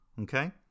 Okay